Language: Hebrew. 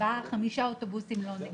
ארבעה או חמישה אוטובוסים לא נגישים.